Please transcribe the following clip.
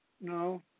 No